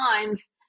times